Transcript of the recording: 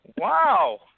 Wow